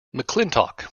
mcclintock